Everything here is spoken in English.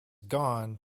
gone